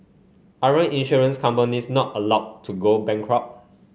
aren't insurance companies not allowed to go bankrupt